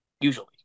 Usually